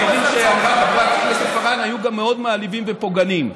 הדברים שאמרה חברת הכנסת פארן היו גם מאוד מעליבים ופוגעניים.